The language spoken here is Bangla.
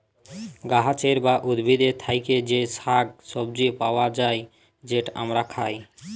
গাহাচের বা উদ্ভিদের থ্যাকে যে শাক সবজি পাউয়া যায়, যেট আমরা খায়